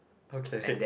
okay